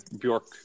Bjork